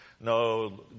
no